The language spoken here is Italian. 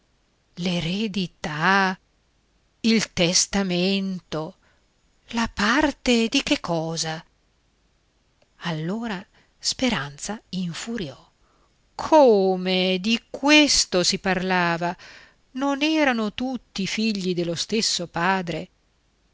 l'eredità il testamento la parte di che cosa allora speranza infuriò come di questo si parlava non erano tutti figli dello stesso padre